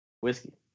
whiskey